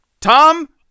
Tom